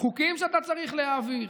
חוקים שאתה צריך להעביר,